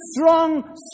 strong